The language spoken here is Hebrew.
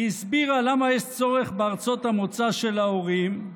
הסבירה למה יש צורך בארצות המוצא של ההורים.